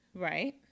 Right